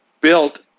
built